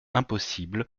impossible